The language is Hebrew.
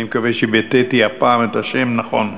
אני מקווה שהפעם ביטאתי את השם נכון.